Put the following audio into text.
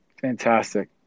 Fantastic